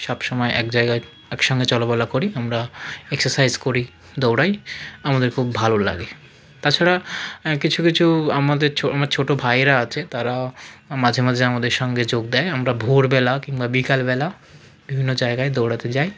সব সময় এক জায়গায় এক সঙ্গে চল বলা করি আমরা এক্সারসাইজ করি দৌড়ই আমাদের খুব ভালো লাগে তাছাড়া হ্যাঁ কিছু কিছু আমাদের ছো আমার ছোটো ভাইরা আছে তারাও মাঝে মাঝে আমাদের সঙ্গে যোগ দেয় আমরা ভোরবেলা কিংবা বিকালবেলা বিভিন্ন জায়গায় দৌড়তে যাই